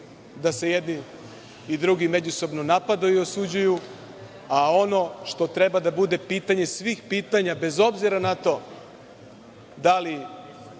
da se jedni i drugi međusobno napadaju i osuđuju, a ono što treba da bude pitanje svih pitanja, bez obzira na to da li